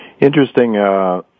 Interesting